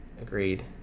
Agreed